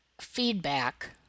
feedback